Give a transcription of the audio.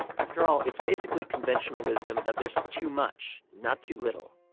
after all, it's basically conventional wisdom that there's too much, not too little.